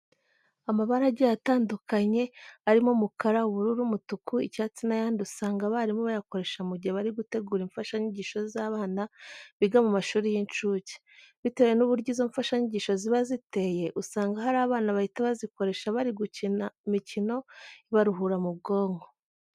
Amabara agiye atandukanye arimo umukara, ubururu, umutuku, icyatsi n'ayandi usanga abarimu bayakoresha mu gihe bari gutegura imfashanyigisho z'abana biga mu mashuri y'incuke. Bitewe n'uburyo izo mfashanyigisho ziba ziteye, usanga hari abana bahita bazikoresha bari gukina imikino ibaruhura mu bwonko.